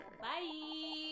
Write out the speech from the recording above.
Bye